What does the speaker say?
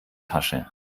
tasche